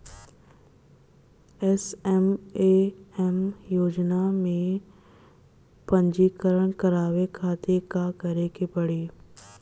SMAM योजना में पंजीकरण करावे खातिर का का करे के पड़ी?